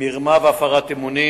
אדוני